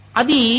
adi